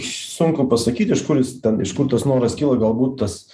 sunku pasakyti iš kur jis ten iš kur tas noras kyla galbūt tas